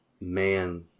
man